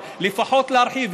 אבל לפחות להרחיב.